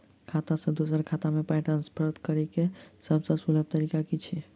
खाता सँ दोसर खाता मे पाई ट्रान्सफर करैक सभसँ सुलभ तरीका की छी?